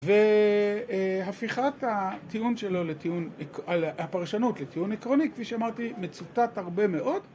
והפיכת הפרשנות לטיעון עקרוני, כפי שאמרתי, מצוטט הרבה מאוד.